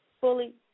fully